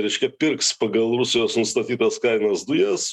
reiškia pirks pagal rusijos nustatytas kainas dujas